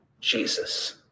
Jesus